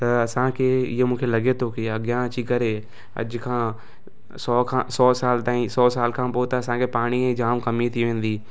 त असांखे इहो मूंखे लॻे थो की अॻियां अची करे सौ खां सौ साल खां पोइ त असांखे पाणीअ जी जाम कमी थी वेंदी